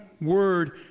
word